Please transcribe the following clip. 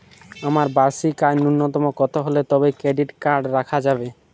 আমার বার্ষিক আয় ন্যুনতম কত হলে তবেই ক্রেডিট কার্ড রাখা যাবে?